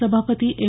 सभापती एम